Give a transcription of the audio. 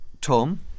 Tom